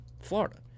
florida